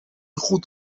goed